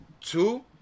Two